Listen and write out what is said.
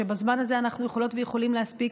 בזמן הזה אנחנו יכולות ויכולים להספיק